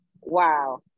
Wow